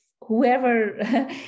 whoever